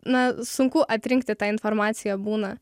na sunku atrinkti tą informaciją būna